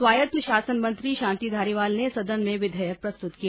स्वायत्त शासन मंत्री शांति धारीवाल ने सदन में विधेयक प्रस्तुत किया